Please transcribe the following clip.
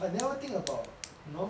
I never think about no